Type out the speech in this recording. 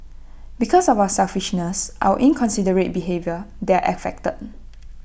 because of our selfishness our inconsiderate behaviour they're affected